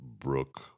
Brooke